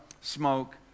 smoke